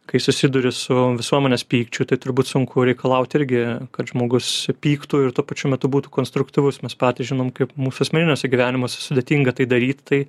kai susiduri su visuomenės pykčiu tai turbūt sunku reikalauti irgi kad žmogus pyktų ir tuo pačiu metu būtų konstruktyvus mes patys žinom kaip mūsų asmeniniuose gyvenimuose sudėtinga tai daryti tai